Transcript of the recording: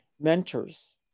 mentors